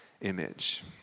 image